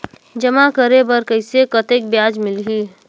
जमा करे बर कइसे कतेक ब्याज मिलही?